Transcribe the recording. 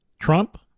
Trump